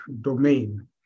domain